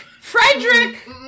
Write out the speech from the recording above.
FREDERICK